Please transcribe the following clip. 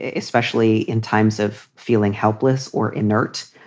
especially in times of feeling helpless or inert.